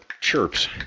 chirps